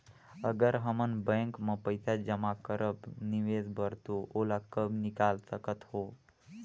अगर हमन बैंक म पइसा जमा करब निवेश बर तो ओला कब निकाल सकत हो?